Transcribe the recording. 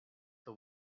the